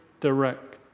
direct